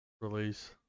release